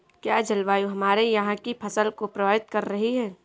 क्या जलवायु हमारे यहाँ की फसल को प्रभावित कर रही है?